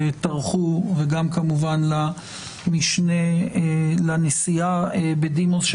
וכמובן גם למשנה לנשיאה בדימוס,